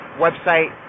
website